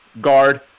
guard